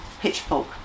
Pitchfork